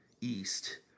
east